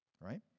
right